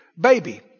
baby